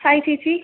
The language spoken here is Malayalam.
ഹായ് ചേച്ചി